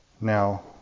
Now